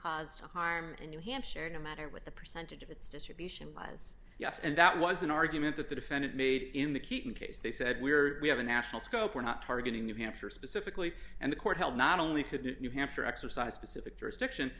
caused harm to new hampshire no matter what the percentage of its distribution buys yes and that was an argument that the defendant made in the keating case they said we're we have a national scope we're not targeting new hampshire specifically and the court held not only could new hampshire exercise specific jurisdiction